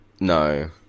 No